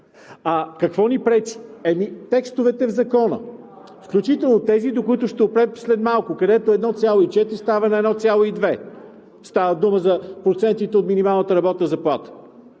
Какво ни пречи? Текстовете в Закона, включително тези, до които ще опрем след малко, където 1,4 става на 1,2 – става дума за коефициента спрямо минималната работна заплата.